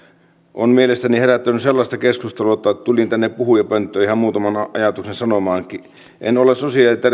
on mielestäni herättänyt sellaista keskustelua että tulin tänne puhujapönttöön ihan muutaman ajatuksen sanomaankin en ole sosiaali